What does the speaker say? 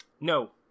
No